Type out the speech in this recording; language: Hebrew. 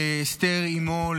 לאסתר אימו,